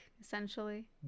essentially